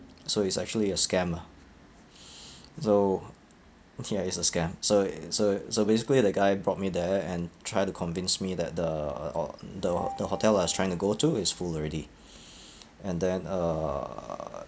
so it's actually a scam ah so ya is a scam so i~ so so basically that guy brought me there and try to convince me that the or the the hotel I was trying to go to is full already and then uh